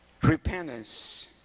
Repentance